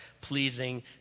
pleasing